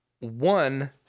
One